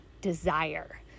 desire